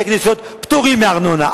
בתי-כנסיות פטורים מארנונה,